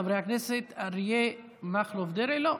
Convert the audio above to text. חברי הכנסת אריה מכלוף דרעי,